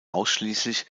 ausschließlich